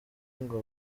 ngo